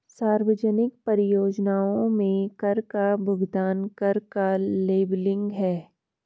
सार्वजनिक परियोजनाओं में कर का भुगतान कर का लेबलिंग है